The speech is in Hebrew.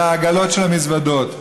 והעגלות של המזוודות,